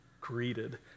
greeted